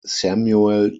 samuel